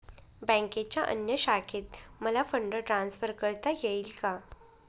बँकेच्या अन्य शाखेत मला फंड ट्रान्सफर करता येईल का?